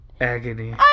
Agony